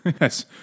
yes